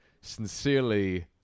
Sincerely